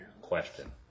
question